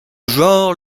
genre